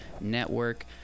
network